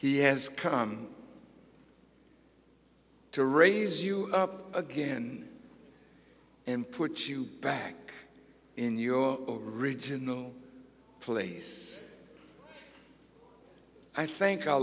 he has come to raise you up again and put you back in your original place i think